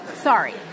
Sorry